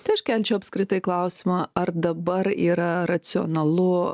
tai aš kelčiau apskritai klausimą ar dabar yra racionalu